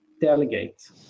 delegate